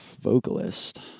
Vocalist